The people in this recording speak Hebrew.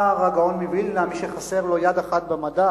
הגאון מווילנה: מי שחסר לו יד אחת במדע,